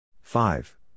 Five